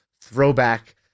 throwback